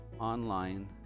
online